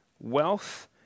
Wealth